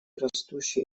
растущей